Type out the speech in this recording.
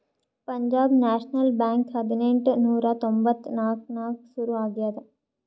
ಪಂಜಾಬ್ ನ್ಯಾಷನಲ್ ಬ್ಯಾಂಕ್ ಹದಿನೆಂಟ್ ನೂರಾ ತೊಂಬತ್ತ್ ನಾಕ್ನಾಗ್ ಸುರು ಆಗ್ಯಾದ